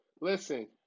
Listen